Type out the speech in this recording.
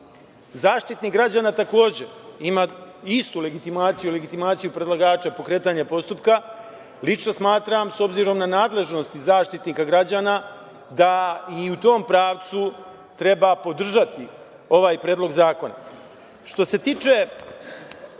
Zaštitnik građana, takođe, ima istu legitimaciju, legitimaciju predlagača pokretanja postupka. Lično smatram, s obzirom na nadležnosti i Zaštitnika građana, da i u tom pravcu treba podržati ovaj predlog zakona. Što se tiče